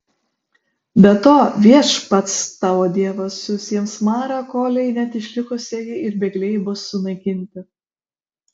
be to viešpats tavo dievas siųs jiems marą kolei net išlikusieji ir bėgliai bus sunaikinti